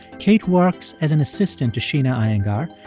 kate works as an assistant to sheena iyengar.